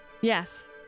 yes